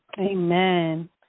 Amen